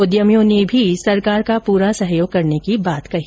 उद्यमियों ने भी सरकार का पूरा सहयोग करने की बात कही